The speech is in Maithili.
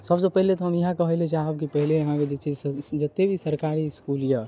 सब सऽ पहिले तऽ हम इएह कहै लए चाहब जे कि पहिले अहाँके दू तीन सब जत्ते भी सरकारी इसकुल यऽ